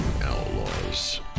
outlaws